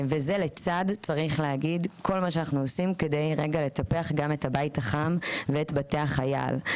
וזה לצד כל מה שאנחנו עושים כדי לטפח גם את הבית החם ואת בתי החייל.